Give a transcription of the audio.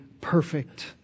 perfect